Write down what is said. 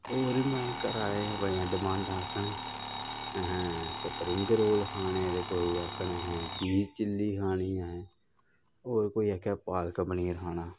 होर बी माए घरै आह्ले बड़ियां डमांडा आखन अहें स्परिंग रोल खाने ते कोई आक्खन चीज़ चिली खानी होर कोई आक्खै पालक पनीर खाना